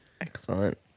Excellent